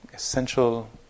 Essential